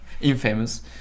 Infamous